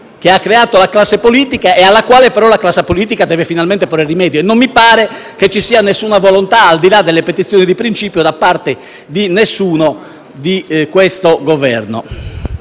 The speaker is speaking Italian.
che abbiamo creato noi, classe politica, e alla quale però la stessa classe politica deve finalmente porre rimedio. Non mi pare però che ci sia nessuna volontà, al di là delle petizioni di principio, da parte di nessuno nel Governo.